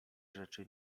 rzeczy